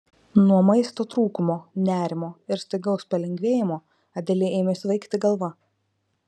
nuo maisto trūkumo nerimo ir staigaus palengvėjimo adelei ėmė svaigti galva